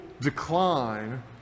decline